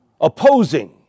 opposing